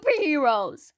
superheroes